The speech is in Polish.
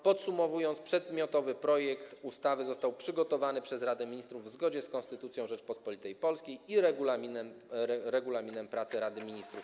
Podsumowując, przedmiotowy projekt ustawy został przygotowany przez Radę Ministrów w zgodzie z Konstytucją Rzeczypospolitej Polskiej i Regulaminem pracy Rady Ministrów.